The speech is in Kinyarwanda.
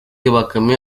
bakame